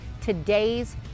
today's